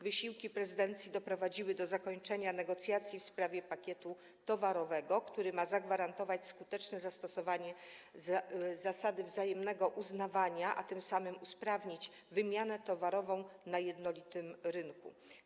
Wysiłki prezydencji doprowadziły do zakończenia negocjacji w sprawie pakietu towarowego, który ma zagwarantować skuteczne stosowanie zasady wzajemnego uznawania, a tym samym usprawnić wymianę towarową na jednolitym rynku.